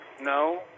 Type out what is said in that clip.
No